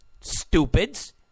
stupids